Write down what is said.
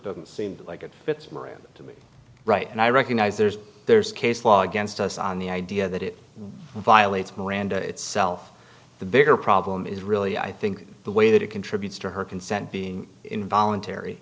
doesn't seem like it fits miranda to me right and i recognize there's there's case law against us on the idea that it violates miranda itself the bigger problem is really i think the way that it contributes to her consent being involuntary